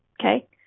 Okay